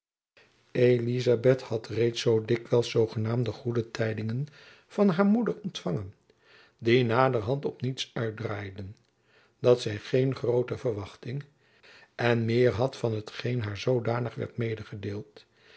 elizabeth had reeds zoo dikwijls zoogenaamde goede tijdingen van haar moeder ontfangen die naderhand op niets uitdraaiden dat zy geen groote verwachting en meer had van hetgeen haar als zoodanig werd